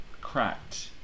cracked